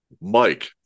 Mike